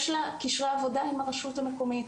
יש לה קשרי עבודה עם הרשות המקומית.